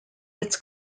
its